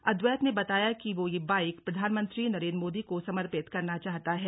अद्वैत ने बताया कि वो यह बाइक प्रधानमंत्री नरेन्द्र मोदी को समर्पित करना चाहता है